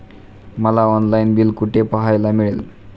मला online bill कुठे पाहायला मिळेल?